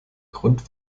grund